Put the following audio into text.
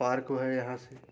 park जो है यहाँ से